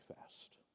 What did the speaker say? fast